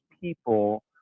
people